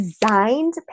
designed